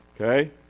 okay